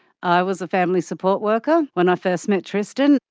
i was a family support worker when i first met tristan.